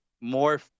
more